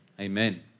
Amen